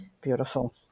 Beautiful